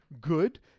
good